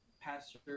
Pastor